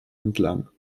entlang